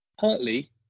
partly